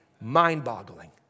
Mind-boggling